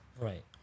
Right